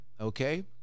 okay